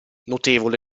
notevole